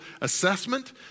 assessment